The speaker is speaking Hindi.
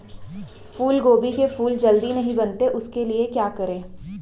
फूलगोभी के फूल जल्दी नहीं बनते उसके लिए क्या करें?